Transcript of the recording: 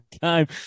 time